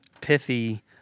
pithy